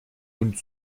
und